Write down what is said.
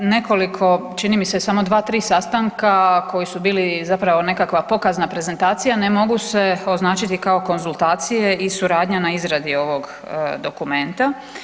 Nekoliko, čini mi se, samo 2, 3 sastanka koji su bili zapravo nekakva pokazna prezentacija, ne mogu se označiti kao konzultacije i suradnja na izradi ovog dokumenta.